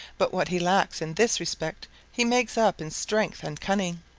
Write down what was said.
but what he lacks in this respect he makes up in strength and cunning.